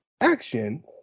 action